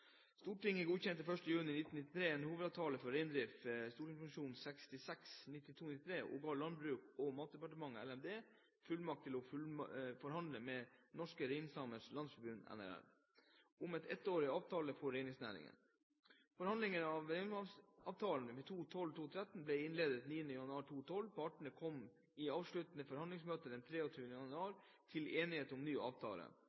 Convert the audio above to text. Stortinget godkjente den 1. juni 1993 Hovedavtale for reindriften, St.prp. nr. 66 for 1992–1993, og ga Landbruks- og matdepartementet fullmakt til å forhandle med Norske Reindriftssamers Landsforbund – NRL – om ettårige avtaler for reindriftsnæringen. Forhandlinger om reindriftsavtalen 2012/2013 ble innledet den 9. januar 2012. Partene kom i avsluttende forhandlingsmøte den 23. februar 2012 til enighet om ny avtale.